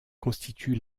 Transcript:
constitue